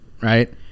Right